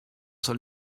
soll